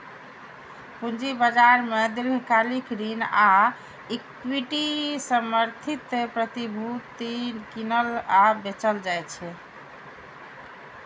पूंजी बाजार मे दीर्घकालिक ऋण आ इक्विटी समर्थित प्रतिभूति कीनल आ बेचल जाइ छै